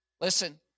Listen